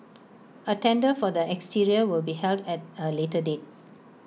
A tender for the exterior will be held at A later date